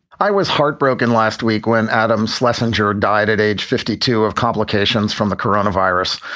i was heartbroken last week when adam's lesson jr. died at age fifty two of complications from the coronavirus.